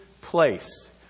place